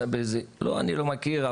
לא אני לא מכיר,